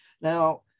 Now